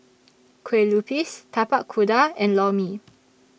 Kueh Lupis Tapak Kuda and Lor Mee